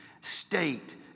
state